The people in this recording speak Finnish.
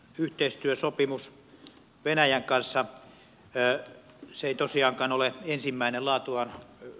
tämä jäänmurtoyhteistyösopimus venäjän kanssa ei tosiaankaan ole ensimmäinen laatuaan